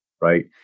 right